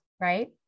right